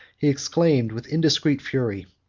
he exclaimed, with indiscreet fury,